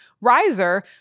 riser